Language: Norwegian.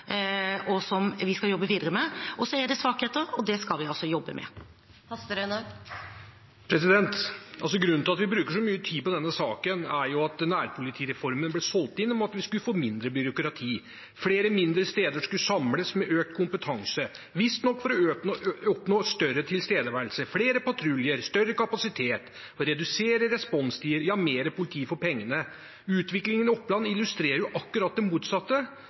og som vi skal jobbe videre med. Men det er svakheter, og dem skal vi jobbe med. Grunnen til at vi bruker så mye tid på denne saken, er at nærpolitireformen ble solgt inn ved at man sa at det skulle bli mindre byråkrati. Flere mindre steder skulle samles, med økt kompetanse som resultat, visstnok for å oppnå økt tilstedeværelse, flere patruljer, større kapasitet. Det skulle redusere responstiden – ja, en skulle få mer politi for pengene. Utviklingen i Oppland illustrerer jo akkurat det motsatte.